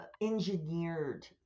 engineered